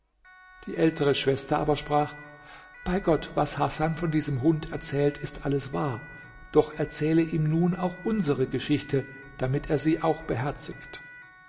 die ältere schwester aber sprach bei gott was hasan von diesem hund erzählt ist alles wahr doch erzähle ihm nun auch unsere geschichte damit er sie auch beherzig